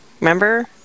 remember